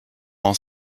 all